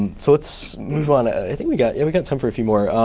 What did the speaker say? so let's move on. i think we got yeah, we got time for a few more.